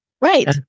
Right